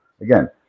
Again